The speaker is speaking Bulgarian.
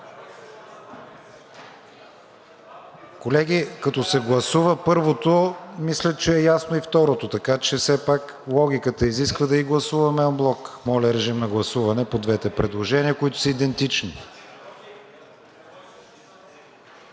Колеги, като се гласува първото, мисля, че е ясно и второто, така че все пак логиката изисква да ги гласуваме анблок. Моля, режим на гласуване по двете предложения, които са идентични.